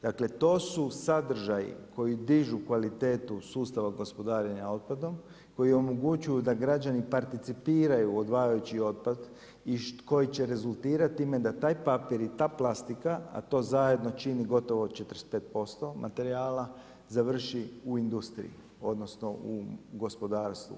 Dakle, to su sadržaji koji dižu kvalitetu sustava gospodarenja otpadom, koji omogućuju da građani participiraju odvajajući otpad i koji će rezultirati time da taj papir i ta plastika, a to zajedno čini gotovo 45% materijala, završi u industriji, odnosno u gospodarstvu.